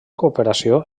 cooperació